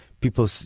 people